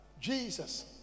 Jesus